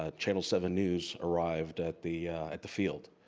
ah channel seven news arrived at the at the field.